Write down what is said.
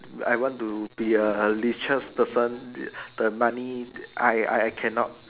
I want to be a leisure person the nanny I I cannot